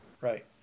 Right